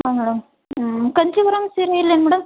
ಹಾಂ ಮೇಡಮ್ ಕಂಚೀವರಂ ಸೀರೆ ಇಲ್ಲೇನು ಮೇಡಮ್